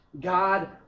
God